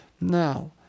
Now